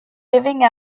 living